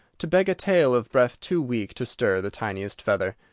to beg a tale of breath too weak to stir the tiniest feather!